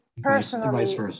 personally